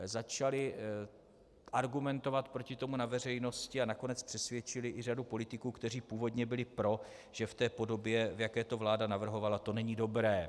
Začali argumentovat proti tomu na veřejnosti a nakonec přesvědčili i řadu politiků, kteří původně byli pro, že v té podobě, v jaké to vláda navrhovala, to není dobré.